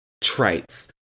traits